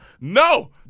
no